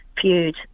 feud